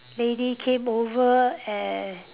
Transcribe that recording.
lady came over and